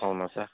అవునా సార్